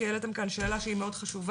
כי העליתם כאן שאלה שהיא מאוד חשובה.